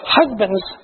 husbands